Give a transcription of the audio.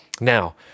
Now